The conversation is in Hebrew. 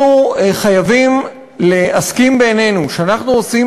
אנחנו חייבים להסכים בינינו שאנחנו עושים